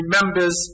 remembers